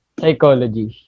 psychology